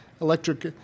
electric